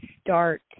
start